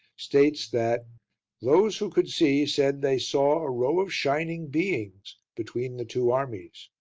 states that those who could see said they saw a row of shining beings between the two armies.